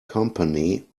company